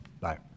Bye